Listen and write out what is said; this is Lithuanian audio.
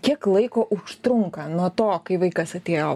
kiek laiko užtrunka nuo to kai vaikas atėjo